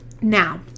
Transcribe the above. Now